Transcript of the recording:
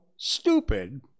stupid